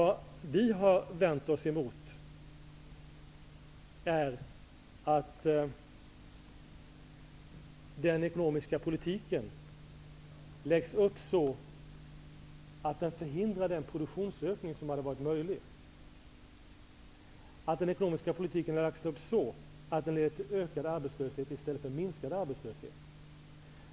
Vi har vänt oss emot att den ekonomiska politiken läggs upp så att den förhindrar den produktionsökning som hade varit möjligt och även att den leder till ökad arbetslöshet i stället för till minskad arbetslöshet.